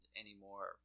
anymore